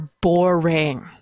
boring